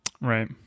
right